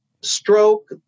stroke